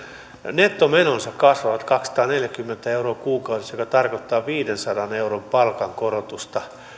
nettomenonsa kasvavat kaksisataaneljäkymmentä euroa kuukaudessa mikä tarkoittaa viidensadan euron palkankorotusta